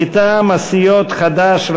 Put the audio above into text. מטעם הסיעות חד"ש,